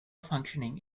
functioning